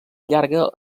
llarga